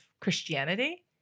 christianity